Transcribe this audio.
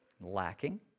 lacking